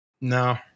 No